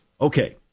Okay